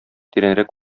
тирәнрәк